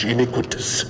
Iniquitous